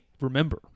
remember